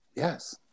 Yes